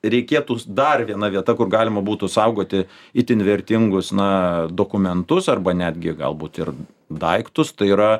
reikėtų dar viena vieta kur galima būtų saugoti itin vertingus na dokumentus arba netgi galbūt ir daiktus tai yra